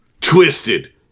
Twisted